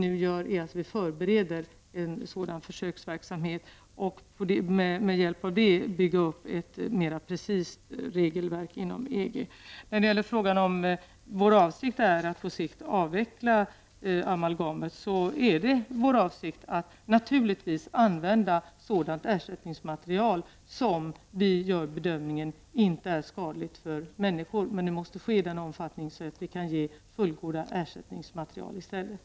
Nu förbereder vi en sådan försöksverksamhet för att med hjälp av denna bygga upp ett mer precist regelverk inom Beträffande frågan om det är vår avsikt att på sikt avveckla amalgamet vill jag säga att det naturligtvis är vår avsikt att använda sådant ersättningsmaterial som vi bedömer inte är skadligt för människor. Men denna avveckling måste ske i takt med att fullgoda ersättningsmaterial kan erbjudas.